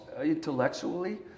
intellectually